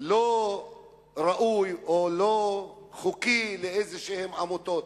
לא ראוי או לא חוקי לאיזשהן עמותות.